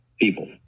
people